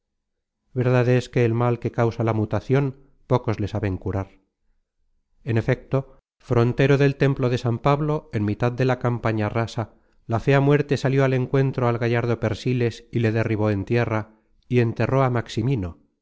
curarle verdad es que el mal que causa la mutacion pocos le saben curar en efecto frontero del templo de san pablo en mitad de la campaña rasa la fea muerte salió al encuentro al gallardo persiles y le derribó en tierra y enterró á maximino